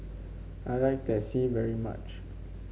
I like Teh C very much